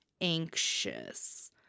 anxious